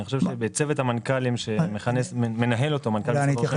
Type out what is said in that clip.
אני חושב שבצוות המנכ"לים שמנהל אותו מנכ"ל צוות ראש